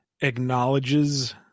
acknowledges